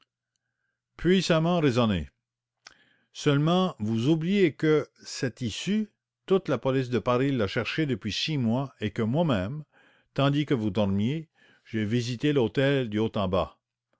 puissamment raisonné seulement vous oubliez que cette issue toute la police de paris l'a cherchée depuis six mois et que moi-même tandis que vous dormiez j'ai visité l'hôtel du haut en bas